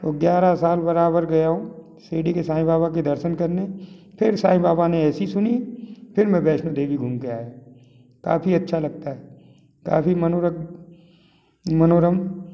वो ग्यारह साल बराबर गया हूँ शिरडी के साईं बाबा के दर्शन करने फिर साईं बाबा ने ऐसी सुनी फिर मैं वैष्णो देवी घूम के आया ताकि अच्छा लगता है काफ़ी मनोरक मनोरम